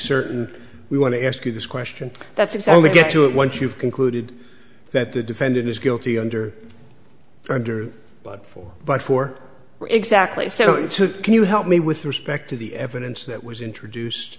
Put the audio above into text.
certain we want to ask you this question that's it's only get to it once you've concluded that the defendant is guilty under one for but for exactly so can you help me with respect to the evidence that was introduced